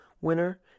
winner